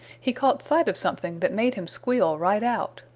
he caught sight of something that made him squeal right out.